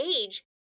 age